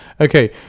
Okay